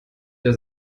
der